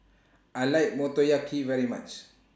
I like Motoyaki very much